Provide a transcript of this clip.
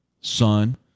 son –